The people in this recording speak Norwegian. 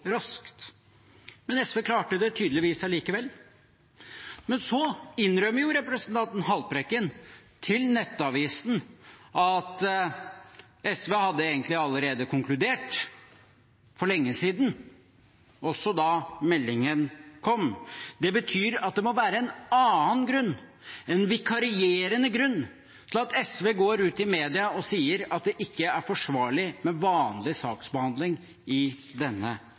raskt. Men SV klarte det tydeligvis allikevel. Men så innrømmer representanten Haltbrekken til Nettavisen at SV hadde egentlig allerede konkludert, for lenge siden, også da meldingen kom. Det betyr at det må være en annen grunn, en vikarierende grunn, til at SV går ut i media og sier at det ikke er forsvarlig med vanlig saksbehandling i denne